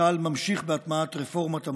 צה"ל ממשיך בהטמעת רפורמת המזון,